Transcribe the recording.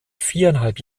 viereinhalb